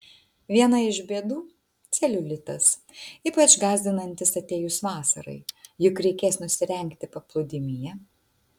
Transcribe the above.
viena iš bėdų celiulitas ypač gąsdinantis atėjus vasarai juk reikės nusirengti paplūdimyje